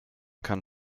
kann